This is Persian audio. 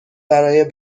برای